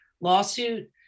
lawsuit